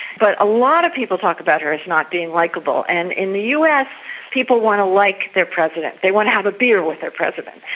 but a lot of people talk about her as not being likeable. and in the us people want to like their president, they want to have a beer with their president.